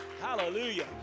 Hallelujah